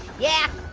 yeah.